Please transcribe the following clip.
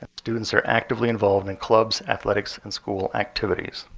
and students are actively involved in clubs, athletics, and school activities.